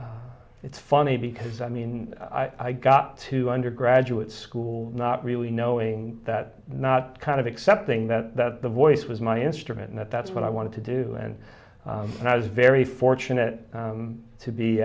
i it's funny because i mean i got to undergraduate school not really knowing that not kind of accepting that that the voice was my instrument and that that's what i wanted to do and then i was very fortunate to be